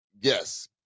yes